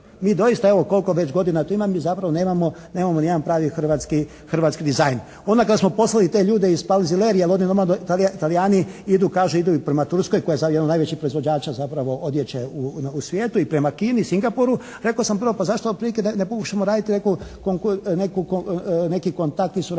Mi doista evo koliko već godina tu imamo mi zapravo nemamo ni jedan pravi hrvatski dizajn. Onda kad smo poslali te ljude iz "Palzilerija" normalno Talijani idu kaže idu i prema Turskoj koja je sad jedan od najvećih proizvođača zapravo odjeće u svijetu i prema Kini, Singapuru. Rekao sam prvo pa zašto otprilike ne pokušamo raditi neki kontakt i suradnju